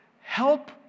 help